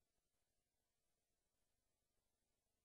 להגיע, ואתה